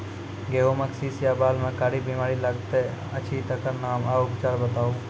गेहूँमक शीश या बाल म कारी बीमारी लागतै अछि तकर नाम आ उपचार बताउ?